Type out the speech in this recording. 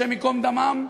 השם ייקום דמם,